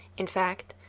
in fact,